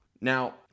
Now